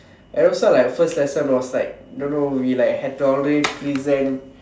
everytime like first lesson was like don't know we like have to always present